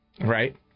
Right